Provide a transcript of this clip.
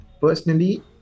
Personally